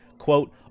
Quote